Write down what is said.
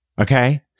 okay